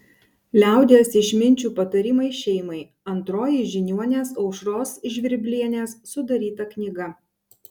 liaudies išminčių patarimai šeimai antroji žiniuonės aušros žvirblienės sudaryta knyga